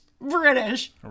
British